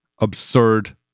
absurd